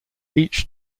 each